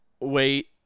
wait